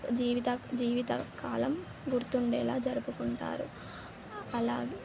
జీవిత జీవిత కాలం గుర్తుండేలా జరుపుకుంటారు అలా